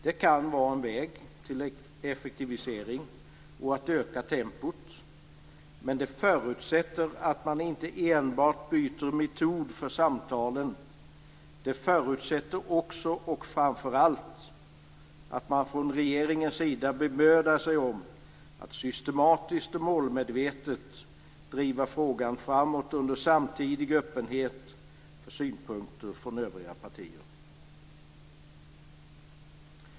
Det kan vara en väg till effektivisering och att öka tempot, men det förutsätter att man inte enbart byter metod för samtalen. Det förutsätter också, och framför allt, att man från regeringens sida bemödar sig om att systematiskt och målmedvetet driva frågan framåt under samtidig öppenhet för synpunkter från övriga partier.